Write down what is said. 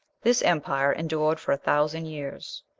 this empire endured for a thousand years.